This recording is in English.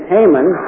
Haman